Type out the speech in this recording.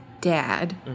dad